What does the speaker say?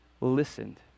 listened